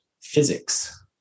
physics